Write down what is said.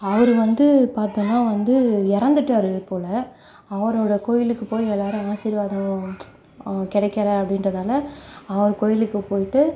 அவர் வந்து பார்த்தோன்னா வந்து இறந்துட்டாரு போலே அவரோடய கோவிலுக்கு போய் எல்லோரும் ஆசிர்வாதம் கிடைக்கல அப்படின்றதால அவர் கோவிலுக்கு போயிட்டு